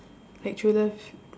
like true love